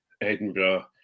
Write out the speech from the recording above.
Edinburgh